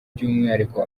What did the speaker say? by’umwihariko